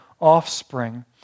offspring